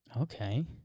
Okay